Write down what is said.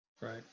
Right